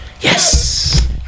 yes